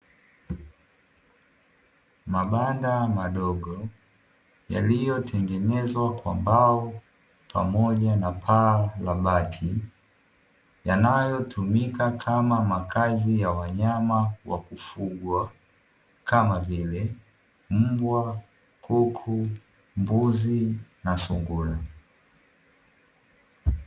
Mabanda madogo yaliyotengenezwa kwa mbao pamoja na paa la bati, yanayotumika kama makazi ya wanyama wa kufugwa kama vile mbwa, kuku, mbuzi na sungura.